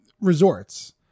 resorts